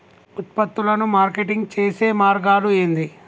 ఉత్పత్తులను మార్కెటింగ్ చేసే మార్గాలు ఏంది?